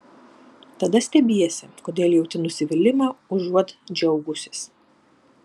tada stebiesi kodėl jauti nusivylimą užuot džiaugusis